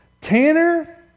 Tanner